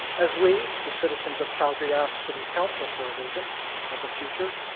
as we, the citizens of calgary, ask city council for a vision of the future,